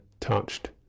touched